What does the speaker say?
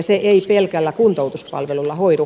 se ei pelkällä kuntoutuspalvelulla hoidu